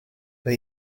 but